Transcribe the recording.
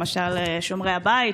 למשל "שומרי הבית",